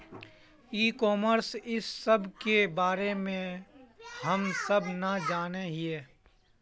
ई commerce इस सब के बारे हम सब ना जाने हीये?